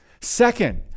Second